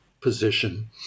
position